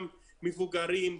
גם מבוגרים,